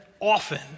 often